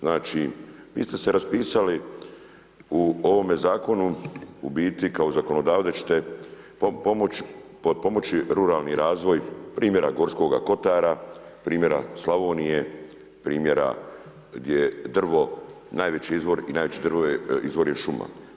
Znači, vi ste se raspisali u ovome zakonu u biti kao zakonodavac da ćete potpomoći ruralni razvoj primjera Gorskoga kotara, primjera Slavonije, primjera gdje je drvo najveći izvor i najveći, drvo je, izvor je šuma.